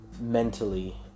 Mentally